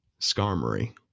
Skarmory